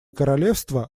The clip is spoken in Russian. королевство